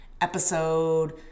episode –